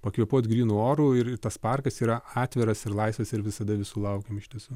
pakvėpuot grynu oru ir ir tas parkas yra atviras ir laisvas ir visada visų laukiam iš tiesų